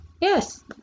Yes